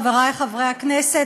חברי חברי הכנסת,